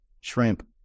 shrimp